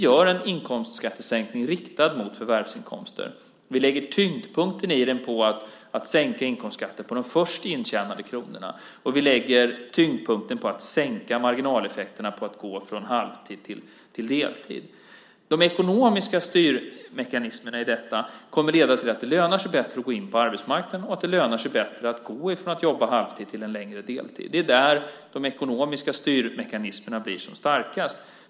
Vi gör en inkomstskattesänkning riktad mot förvärvsinkomster. Vi lägger tyngdpunkten i den på att sänka inkomstskatten på de först intjänade kronorna, och vi lägger tyngdpunkten på att sänka marginaleffekterna på att gå från halvtid till heltid. De ekonomiska styrmekanismerna i detta kommer att leda till att det lönar sig bättre att gå in på arbetsmarknaden och att det lönar sig bättre att gå från att jobba halvtid till en längre deltid. Det är där de ekonomiska styrmekanismerna blir som starkast.